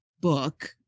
book